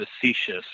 facetious